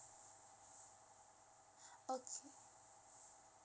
okay